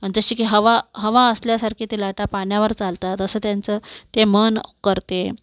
अन् जशी की हवा हवा असल्यासारखे ते लाटा पाण्यावर चालतात असं त्यांचं ते मन करते